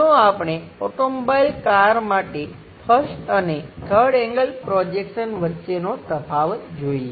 ચાલો આપણે automobile car માટે 1st અને 3rd એંગલ પ્રોજેક્શન વચ્ચેનો તફાવત ઝડપથી જોઈએ